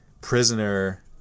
Prisoner